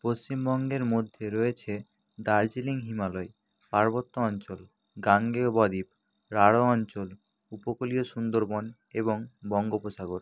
পশ্চিমবঙ্গের মধ্যে রয়েছে দার্জিলিং হিমালয় পার্বত্য অঞ্চল গাঙ্গেয় ব দ্বীপ রাঢ় অঞ্চল উপকূলীয় সুন্দরবন এবং বঙ্গোপসাগর